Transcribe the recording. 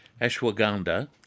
Ashwagandha